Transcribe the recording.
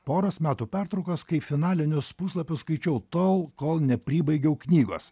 poros metų pertraukos kai finalinius puslapius skaičiau tol kol nepribaigiau knygos